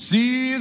See